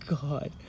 god